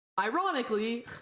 ironically